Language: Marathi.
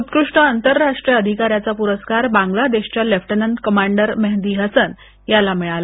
उत्कृष्ट अंतरराष्ट्रीय अधिकाऱ्याचा पुरस्कार बांग्लादेशच्या लेफ्ट्नंट कमांडर मेहदी हसन यांना मिळाला